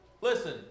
Listen